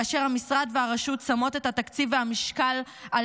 כאשר המשרד והרשות שמים את התקציב והמשקל על